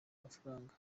amafaranga